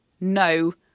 no